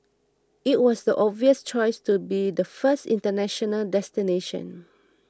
it was the obvious choice to be the first international destination